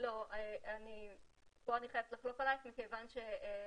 ופה ושם אנחנו באים,